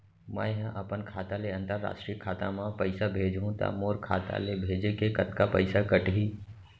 मै ह अपन खाता ले, अंतरराष्ट्रीय खाता मा पइसा भेजहु त मोर खाता ले, भेजे के कतका पइसा कटही?